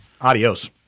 Adios